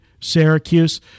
Syracuse